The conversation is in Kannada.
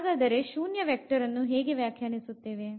ಹಾಗಾದರೆ ಶೂನ್ಯ ವೆಕ್ಟರ್ ಅನ್ನು ಹೇಗೆ ವ್ಯಾಖ್ಯಾನಿಸುವುದು